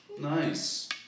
Nice